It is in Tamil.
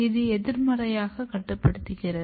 இது எதிர்மறையாக கட்டுப்படுத்துகிறது